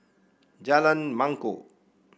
Jalan Mangkok